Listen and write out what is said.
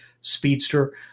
speedster